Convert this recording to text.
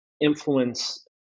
Influence